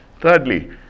Thirdly